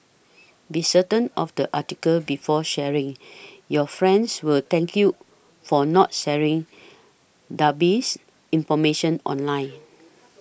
be certain of the article before sharing your friends will thank you for not sharing dubious information online